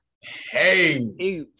Hey